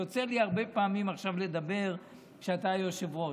יוצא לי הרבה פעמים עכשיו לדבר כשאתה היושב-ראש.